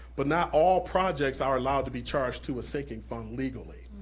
but not all projects are allowed to be charged to a sinking fund legally,